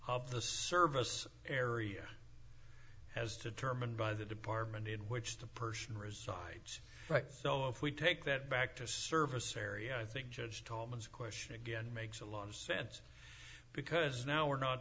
of the service area has determined by the department in which the person resides right thought if we take that back to a service area i think judge thomas question again makes a lot of sense because now we're not